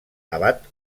abat